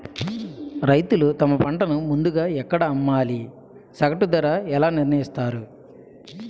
రైతులు తమ పంటను ముందుగా ఎక్కడ అమ్మాలి? సగటు ధర ఎలా నిర్ణయిస్తారు?